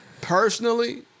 Personally